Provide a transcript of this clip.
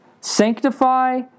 sanctify